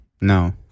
No